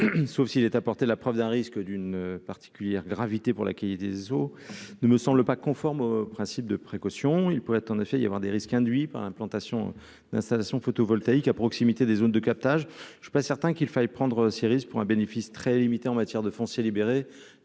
sauf si ai apporté la preuve d'un risque d'une particulière gravité pour l'accueil des eaux ne me semble pas conforme au principe de précaution, ils pourraient en effet y avoir des risques induits par l'implantation d'installations photovoltaïques à proximité des zones de captage je pas certain qu'il faille prendre ces risques pour un bénéfice très limités en matière de foncier libéré